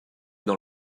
dans